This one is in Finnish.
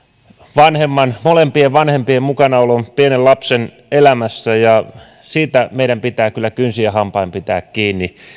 vanhemman molempien vanhempien mukanaolon pienen lapsen elämässä ja siitä meidän pitää kyllä kynsin ja hampain pitää kiinni